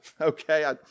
okay